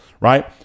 right